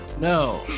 no